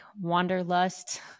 wanderlust